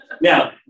Now